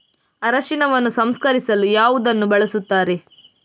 ಅರಿಶಿನವನ್ನು ಸಂಸ್ಕರಿಸಲು ಯಾವುದನ್ನು ಬಳಸುತ್ತಾರೆ?